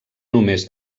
només